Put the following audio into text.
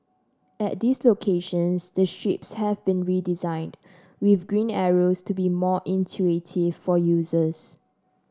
at these locations the strips have been redesigned with green arrows to be more intuitive for users